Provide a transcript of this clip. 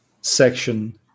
section